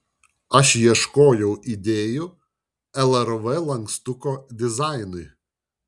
aš ieškojau idėjų lrv lankstuko dizainui